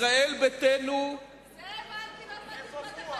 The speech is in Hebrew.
ישראל ביתנו, זאב אלקין עוד מעט ירקוד לך טנגו.